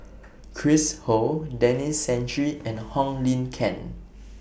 Chris Ho Denis Santry and Wong Lin Ken